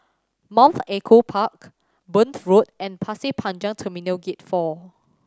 Mount Echo Park Burn Road and Pasir Panjang Terminal Gate Four